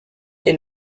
est